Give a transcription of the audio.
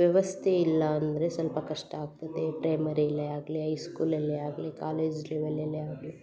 ವ್ಯವಸ್ಥೆ ಇಲ್ಲ ಅಂದರೆ ಸ್ವಲ್ಪ ಕಷ್ಟ ಆಗ್ತದೆ ಪ್ರೈಮರಿಲೇ ಆಗಲಿ ಐಸ್ಕೂಲಲ್ಲೇ ಆಗಲಿ ಕಾಲೇಜ್ ಲೆವಲಲ್ಲೇ ಆಗಲಿ